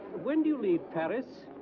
when do you leave paris?